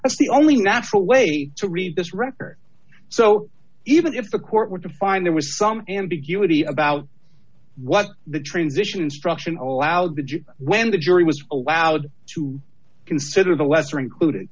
as the only natural way to read this record so even if the court were to find there was some ambiguity about what the transition instruction or allowed the judge when the jury was allowed to consider the lesser included